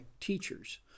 teachers